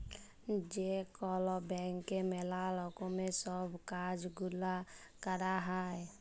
যে কল ব্যাংকে ম্যালা রকমের সব কাজ গুলা ক্যরা হ্যয়